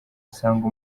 usanga